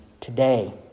today